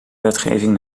wetgeving